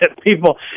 people